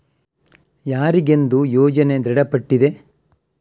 ಯಾರಿಗೆಂದು ಯೋಜನೆ ದೃಢಪಟ್ಟಿದೆ?